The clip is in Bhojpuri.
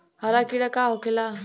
हरा कीड़ा का होखे ला?